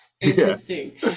interesting